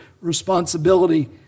responsibility